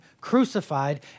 crucified